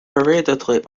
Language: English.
hurriedly